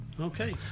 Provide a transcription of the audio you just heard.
Okay